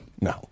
No